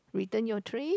return your tray